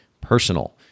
personal